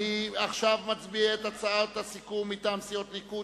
עכשיו נצביע על הצעת הסיכום מטעם סיעות הליכוד,